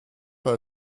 pas